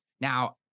Now